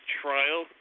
trial